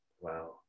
Wow